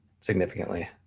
significantly